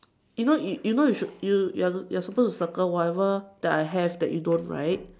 you know you you know you should you you're you're supposed to circle whatever that I have that you don't right